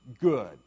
Good